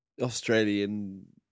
Australian